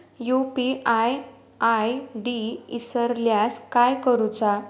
UPI ID इसरल्यास काय करुचा?